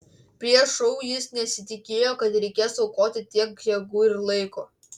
prieš šou jis nesitikėjo kad reikės aukoti tiek jėgų ir laiko